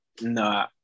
no